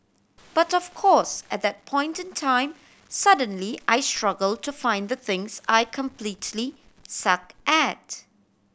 but of course at that point in time suddenly I struggle to find the things I completely suck at